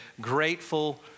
Grateful